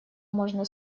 можно